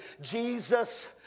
Jesus